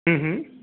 ಹ್ಞೂ ಹ್ಞೂ